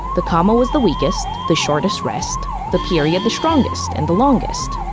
the comma was the weakest, the shortest rest, the period the strongest and the longest.